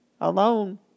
Alone